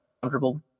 comfortable